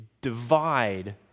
divide